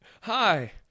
Hi